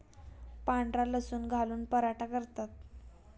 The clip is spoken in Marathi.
पांढरा लसूण घालून पराठा करतात